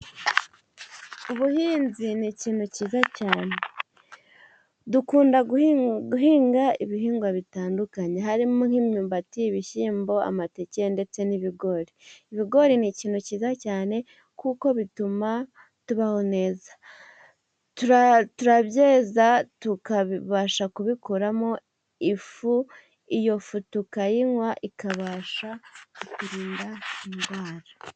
Ubuhinzi ni ikintu cyiza cyane, dukunda guhinga ibihingwa bitandukanye harimo nk'imyumbati ,ibishyimbo, amateke ndetse n'ibigori. Ibigori ni ikintu cyiza cyane kuko bituma tubaho neza. Turabyeza tukabasha kubikoramo ifu, iyo fu tukayinywa ikabasha kuturinda indwara.